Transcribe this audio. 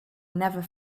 never